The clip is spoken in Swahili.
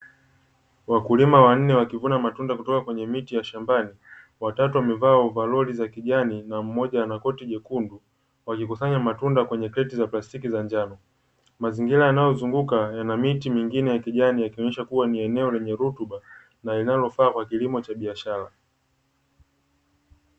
Wakulima wanne wakivuna matunda kutoka katika miti ya shambani. Watatu wamevaa ovaroli za kijani na mmoja ana koti jekundu wakikusanya matunda kwenye kreti za plastiki za njano. Mazingira yanayozunguka yana miti mingine ya kijani yakionyesha kuwa ni eneo lenye rutuba na linalofaa kwa ajili ya kilimo cha biashara.